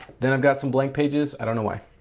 then i've got some blank pages, i don't know why.